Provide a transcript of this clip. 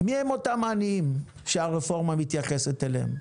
מיהם אותם עניים שהרפורמה מתייחסת אליהם?